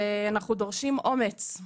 אנחנו דורשים אומץ,